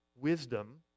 wisdom